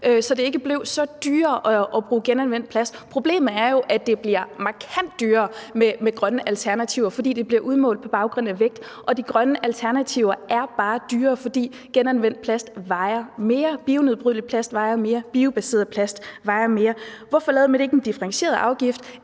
så det ikke blev så meget dyrere at bruge genanvendt plast? Problemet er jo, at det bliver markant dyrere med grønne alternativer, fordi det bliver udmålt på baggrund af vægt, og de grønne alternativer er bare dyrere, fordi genanvendt plast vejer mere, bionedbrydelig plast vejer mere, biobaseret plast vejer mere. Hvorfor lavede man ikke en differentieret afgift